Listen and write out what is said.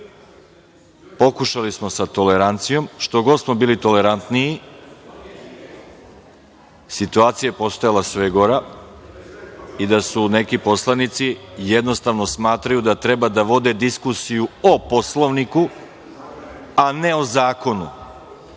Pokušali smo sa tolerancijom. Što god smo bili tolerantniji, situacija je postajala sve gora i da neki poslanici jednostavno smatraju da treba da vode diskusiju o Poslovniku, a ne o zakonu.